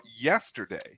yesterday